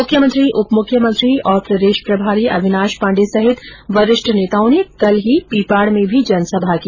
मुख्यमंत्री उपमुख्यमंत्री तथा प्रदेष प्रभारी अविनाश पाण्डे सहित वरिष्ठ नेताओं ने कल ही पीपाड में भी जनसभा की